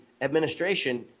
administration